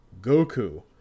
Goku